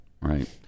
right